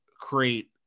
create